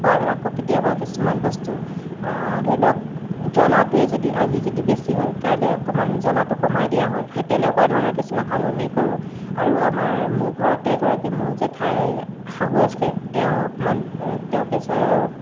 সোৱাদ আকৌ কেতিয়াবা কিছুমান বস্তু ধৰি লওক জ্বলাটোৱে যদি আজি যদি বেছি হয় কাইলৈ অকণমান জ্বলাটো কমাই দিয়া হয় সেই তেনেকুৱা ধৰণৰ কিছুমান সালসলনি কৰোঁ আৰু আমাৰ মোৰ ঘৰতে এগৰাকী মোৰ জেঠাই শাহু আছে তেওঁ অকণমান তেওঁ প্ৰেচাৰৰ